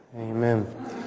Amen